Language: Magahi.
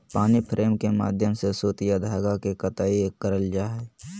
पानी फ्रेम के माध्यम से सूत या धागा के कताई करल जा हय